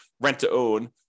rent-to-own